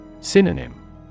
Synonym